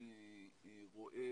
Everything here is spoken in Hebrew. אני רואה